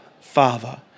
Father